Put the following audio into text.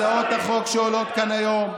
הצעות החוק שעולות כאן היום,